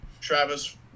travis